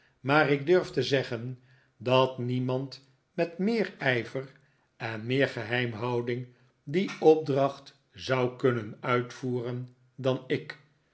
maar ik durf te zeggen dat niemand met meer ijver en meer geheimhouding die opdracht zou kunnen uitvoeren dan ik